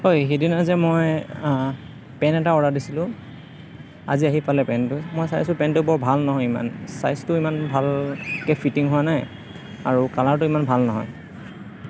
ঐ সিদিনা যে মই পেণ্ট এটা অৰ্ডাৰ দিছিলোঁ আজি আহি পালে পেণ্টটো মই চাইছোঁ পেণ্টটো বৰ ভাল নহয় ইমান ছাইজটো ইমান ভালকৈ ফিটিং হোৱা নাই আৰু কালাৰটো ইমান ভাল নহয়